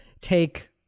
take